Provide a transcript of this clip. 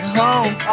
home